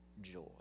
joy